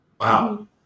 Wow